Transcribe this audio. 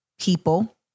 people